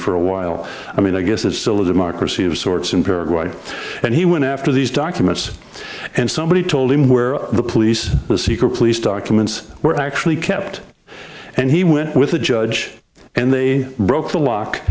for a while i mean i guess it's still a democracy of sorts in paraguay and he went after these documents and somebody told him where the police the secret police documents were actually kept and he went with a judge and they broke